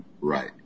Right